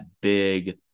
big